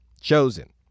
chosen